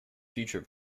future